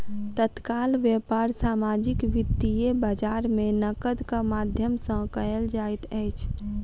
तत्काल व्यापार सामाजिक वित्तीय बजार में नकदक माध्यम सॅ कयल जाइत अछि